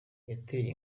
yateye